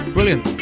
Brilliant